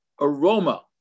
aroma